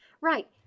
Right